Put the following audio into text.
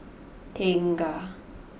Tengah